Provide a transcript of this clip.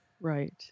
Right